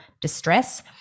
distress